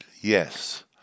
yes